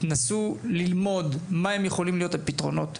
תנסו ללמוד מה יכולים להיות הפתרונות.